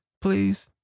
please